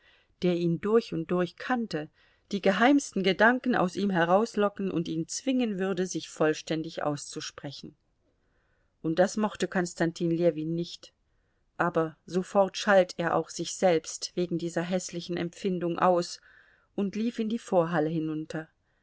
der ihn durch und durch kannte die geheimsten gedanken aus ihm herauslocken und ihn zwingen würde sich vollständig auszusprechen und das mochte konstantin ljewin nicht aber sofort schalt er auch sich selbst wegen dieser häßlichen empfindung aus und lief in die vorhalle hinunter